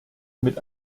mit